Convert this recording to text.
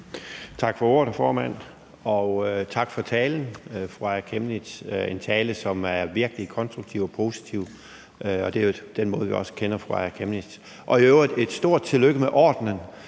Tak for ordet, hr. formand, og tak for talen, fru Aaja Chemnitz. Det er en tale, som er virkelig konstruktiv og positiv, og det er jo den måde, vi også kender fru Aaja Chemnitz på. Og i øvrigt et stort tillykke med ordenen,